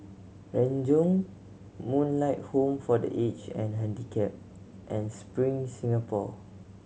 Renjong Moonlight Home for The Aged and Handicapped and Spring Singapore